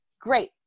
great